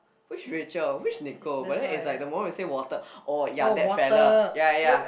which Rachel which Nicole but then it's like the moment you say water oh ya that fella ya ya